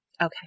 Okay